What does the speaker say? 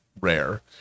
rare